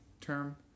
term